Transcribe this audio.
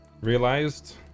realized